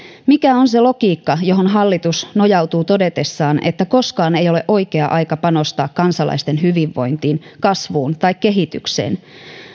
mikä on se logiikka johon hallitus nojautuu todetessaan että koskaan ei ole oikea aika panostaa kansalaisten hyvinvointiin kasvuun tai kehitykseen